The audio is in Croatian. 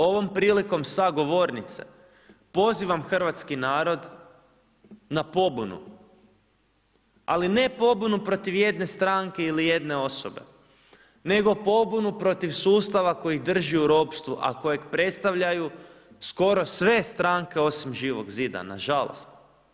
Ovom prilikom sa govornice pozivam hrvatski narod na pobunu ali ne pobunu protiv jedne stranke ili jedne osobe nego pobunu protiv sustav koji ih drži u ropstvu a kojeg predstavljaju skoro sve stranke osim Živog zida, nažalost.